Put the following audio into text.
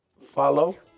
follow